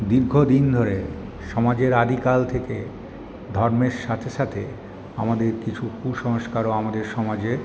দীর্ঘদিন ধরে সমাজের আদিকাল থেকে ধর্মের সাথে সাথে আমাদের কিছু কুসংস্কারও আমাদের সমাজে